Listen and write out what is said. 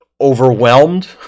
overwhelmed